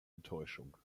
enttäuschung